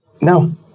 No